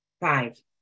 Five